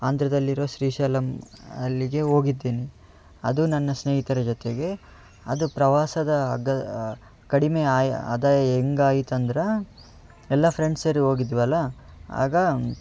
ಆಂಧ್ರದಲ್ಲಿರುವ ಶ್ರೀಶೈಲಮ್ ಅಲ್ಲಿಗೆ ಹೋಗಿದ್ದೇನೆ ಅದು ನನ್ನ ಸ್ನೇಹಿತರ ಜೊತೆಗೆ ಅದು ಪ್ರವಾಸದ ಅಗ್ಗ ಕಡಿಮೆ ಆಯ ಆದಾಯ ಹೆಂಗಾಯಿತಂದ್ರ ಎಲ್ಲ ಫ್ರೆಂಡ್ಸ್ ಸೇರಿ ಹೋಗಿದ್ವಲ್ಲ ಆಗ